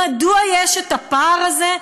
מדוע יש פער כזה?